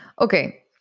Okay